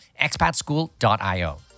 expatschool.io